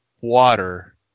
water